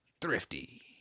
Thrifty